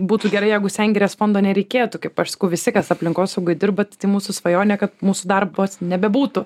būtų gerai jeigu sengirės fondo nereikėtų kaip aš sakau visi kas aplinkosaugoj dirba tai mūsų svajonė kad mūsų darbas nebebūtų